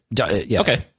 Okay